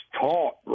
taught